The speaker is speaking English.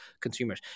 consumers